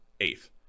eighth